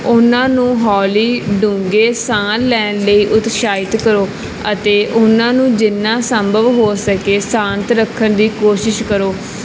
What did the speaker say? ਉਹਨਾਂ ਨੂੰ ਹੌਲੀ ਡੂੰਘੇ ਸਾਹ ਲੈਣ ਲਈ ਉਤਸ਼ਾਹਿਤ ਕਰੋ ਅਤੇ ਉਹਨਾਂ ਨੂੰ ਜਿੰਨਾ ਸੰਭਵ ਹੋ ਸਕੇ ਸ਼ਾਂਤ ਰੱਖਣ ਦੀ ਕੋਸ਼ਿਸ਼ ਕਰੋ